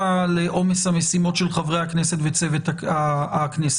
לעומס המשימות של חברי הכנסת וצוות הכנסת.